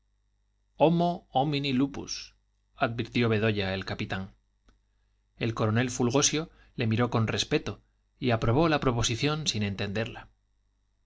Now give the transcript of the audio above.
homo homini lupus advirtió bedoya el capitán el coronel fulgosio le miró con respeto y aprobó la proposición sin entenderla